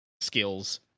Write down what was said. skills